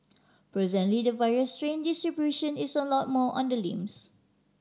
presently the virus strain distribution is a lot more on the limbs